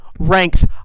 Ranks